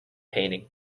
painting